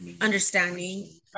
understanding